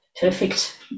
perfect